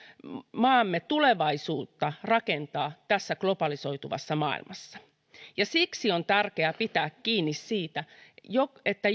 maamme tulevaisuutta rakentaa tässä globalisoituvassa maailmassa siksi on tärkeää pitää kiinni siitä että